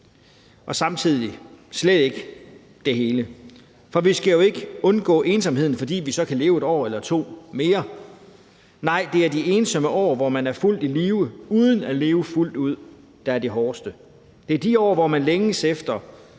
og samtidig slet ikke det hele. For vi skal jo ikke undgå ensomheden, fordi vi så kan leve et år eller to mere. Nej, det er de ensomme år, hvor man er fuldt i live uden at leve fuldt ud, der er det hårdeste. Det er de år, hvor man længes efter